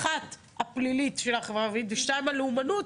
אחת, הפלילית של החברה הערבית, ושתיים, הלאומנות